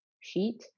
sheet